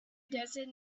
desert